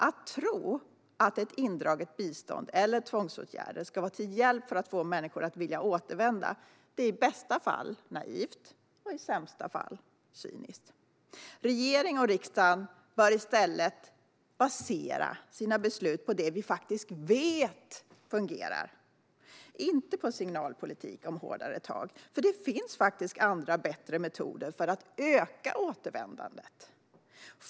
Att tro att ett indraget bistånd eller tvångsåtgärder skulle vara till hjälp för att få människor att vilja återvända är i bästa fall naivt, i sämsta fall cyniskt. Regering och riksdag bör i stället basera sina beslut på det vi faktiskt vet fungerar - inte på signalpolitik om hårdare tag. För det finns andra och bättre metoder för att öka återvändandet.